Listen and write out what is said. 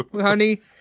honey